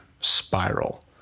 spiral